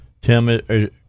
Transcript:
Tim